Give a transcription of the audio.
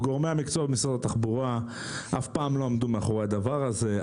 גורמי המקצוע במשרד התחבורה אף פעם לא עמדו מאחורי הדבר הזה.